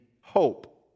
hope